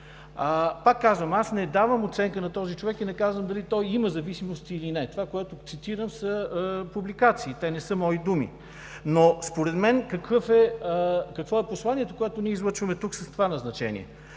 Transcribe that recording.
Повтарям, аз не давам оценка на този човек и не казвам дали той има зависимости, или не. Това, което цитирам, са публикации – не са мои думи. Какво е посланието, което излъчваме тук с това назначение?